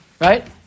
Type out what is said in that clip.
right